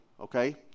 Okay